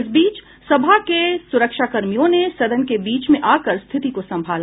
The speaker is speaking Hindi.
इस बीच सभा के सुरक्षा कर्मियों ने सदन के बीच में आकर स्थिति को संभाला